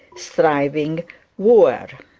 thriving wooer.